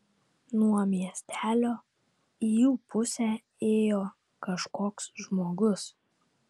nuo miestelio į jų pusę ėjo kažkoks žmogus